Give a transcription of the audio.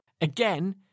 again